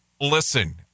listen